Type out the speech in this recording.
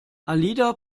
alida